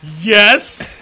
Yes